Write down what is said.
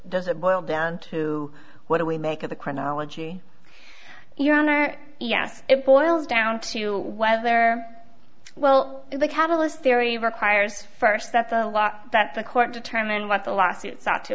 boil down to what do we make of the chronology your honor yes it boils down to whether well the catalyst theory requires first that the law that the court determine what the law suits ought to